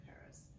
Paris